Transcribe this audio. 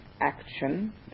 action